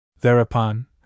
Thereupon